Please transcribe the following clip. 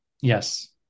Yes